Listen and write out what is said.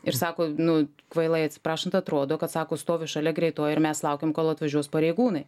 ir sako nu kvailai atsiprašant atrodo kad sako stovi šalia greitoji ir mes laukiam kol atvažiuos pareigūnai